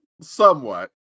somewhat